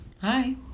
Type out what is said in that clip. Hi